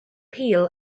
peel